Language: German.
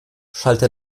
schaltete